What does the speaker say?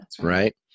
right